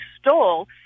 stole